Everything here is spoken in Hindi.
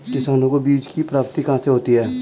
किसानों को बीज की प्राप्ति कहाँ से होती है?